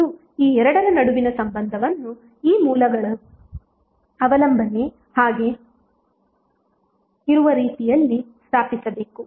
ಮತ್ತು ಈ ಎರಡರ ನಡುವಿನ ಸಂಬಂಧವನ್ನು ಈ ಮೂಲಗಳ ಅವಲಂಬನೆ ಹಾಗೇ ಇರುವ ರೀತಿಯಲ್ಲಿ ಸ್ಥಾಪಿಸಬೇಕು